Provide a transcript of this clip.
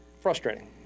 Frustrating